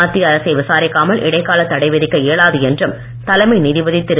மத்திய அரசை விசாரிக்காமல் இடைக்கால தடை விதிக்க இயலாது என்று தலைமை நீதிபதி திரு